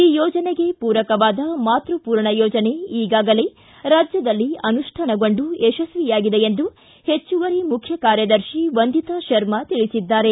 ಈ ಯೋಜನೆಗೆ ಪೂರಕವಾದ ಮಾತೃ ಪೂರ್ಣ ಯೋಜನೆ ಈಗಾಗಲೇ ರಾಜ್ಯದಲ್ಲಿ ಅನುಷ್ಠಾನಗೊಂಡು ಯಶಸ್ವಿಯಾಗಿದೆ ಎಂದು ಹೆಚ್ಚುವರಿ ಮುಖ್ಯ ಕಾರ್ಯದರ್ಶಿ ವಂದಿತಾ ಶರ್ಮಾ ತಿಳಿಸಿದ್ದಾರೆ